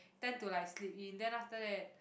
tend to like sleep in then after that